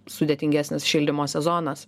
sudėtingesnis šildymo sezonas